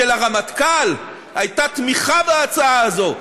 של הרמטכ"ל, הייתה תמיכה בהצעה הזאת.